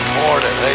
morning